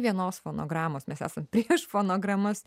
vienos fonogramos mes esam prieš fonogramas